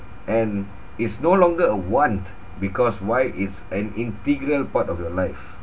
and it's no longer a want because why it's an integral part of your life